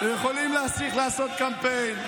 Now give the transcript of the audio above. ואתם יכולים להמשיך לעשות קמפיין.